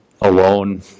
alone